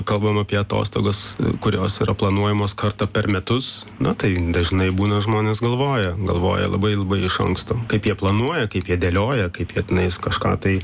kalbam apie atostogas kurios yra planuojamos kartą per metus na tai dažnai būna žmonės galvoja galvoja labai labai iš anksto kaip jie planuoja kaip jie dėlioja kaip jie tenais kažką tai